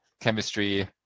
chemistry